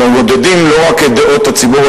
מעודדים לא רק את דעות הציבור,